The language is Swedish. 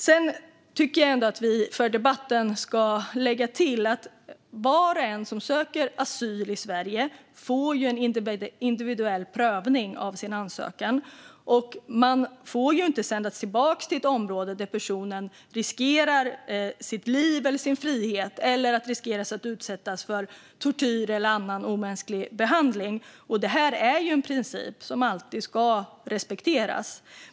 Sedan tycker jag ändå att vi för debattens skull ska lägga till att var och en som söker asyl i Sverige får en individuell prövning av sin ansökan. Man får ju inte sända tillbaka någon till ett område där personen riskerar sitt liv eller sin frihet eller riskerar att utsättas för tortyr eller annan omänsklig behandling, och detta är en princip som alltid ska respekteras.